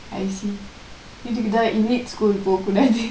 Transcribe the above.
I see இதுக்கு தான:ithukku thaan elite school போக்குடாது:pokudathu